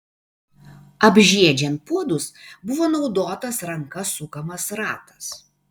apžiedžiant puodus buvo naudotas ranka sukamas ratas